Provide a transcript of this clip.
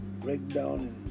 breakdown